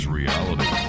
reality